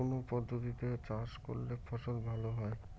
কোন পদ্ধতিতে চাষ করলে ফসল ভালো হয়?